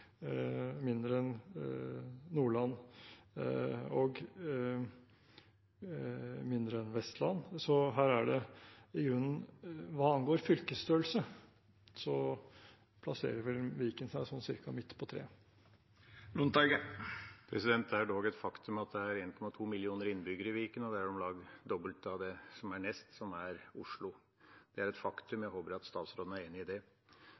Vestland. Hva angår fylkesstørrelse, plasserer vel Viken seg sånn ca. midt på treet. Det er dog et faktum at det er 1,2 millioner innbyggere i Viken, og det er om lag det dobbelte av den neste, som er Oslo. Det er et faktum – jeg håper at statsråden er enig i det.